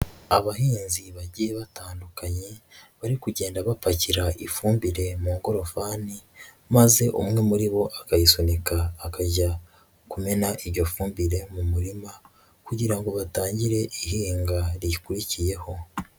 Abahinzi bagiye batandukanye, bari kugenda bapakira ifumbire mu ngorofani, maze umwe muri bo akayisunika akajya kumena iryo fumbire mu murima kugira ngo batangire ihinga rikurikiyeho.